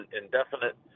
indefinite